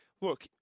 look